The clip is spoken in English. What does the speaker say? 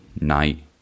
Night